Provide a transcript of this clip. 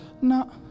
no